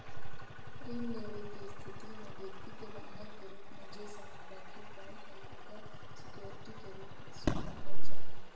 ऋण लेवे के स्थिति में व्यक्ति के बंधक के रूप में जे सामान रखे पड़ऽ हइ ओकरा सिक्योरिटी के रूप में स्वीकारल जा हइ